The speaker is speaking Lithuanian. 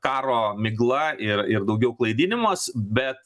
karo migla ir ir daugiau klaidinimas bet